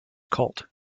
cult